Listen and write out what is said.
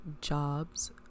jobs